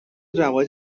روایت